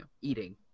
eating